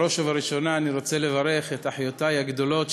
בראש ובראשונה אני רוצה לברך את אחיותי הגדולות,